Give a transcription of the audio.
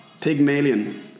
Pygmalion